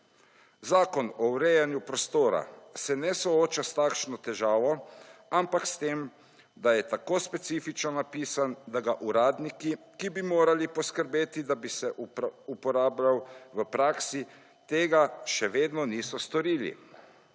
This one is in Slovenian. Zakon o urejanju prostora se ne sooča s takšno težavo, ampak s tem, da je tako specifično napisan, da ga uradniki, ki bi morali poskrbeti, da bi se uporabljal v praksi tega še vedno niso storili.